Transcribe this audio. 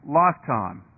lifetime